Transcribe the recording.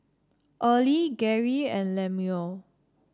Early Geri and Lemuel